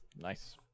nice